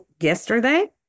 yesterday